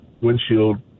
windshield